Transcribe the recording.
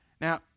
Now